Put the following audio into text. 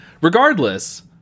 regardless